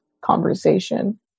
conversation